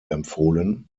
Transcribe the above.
empfohlen